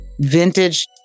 vintage